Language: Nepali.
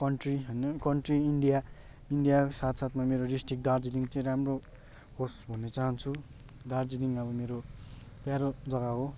कन्ट्री होइन कन्ट्री इन्डिया इन्डिया साथसाथमा मेरो डिस्ट्रिक दार्जिलिङ चाहिँ राम्रो होस् भन्ने चाहन्छु दार्जिलिङ अब मेरो प्यारो जग्गा हो